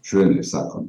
švelniai sakant